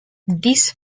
these